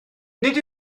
nid